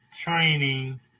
training